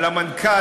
על המנכ"ל,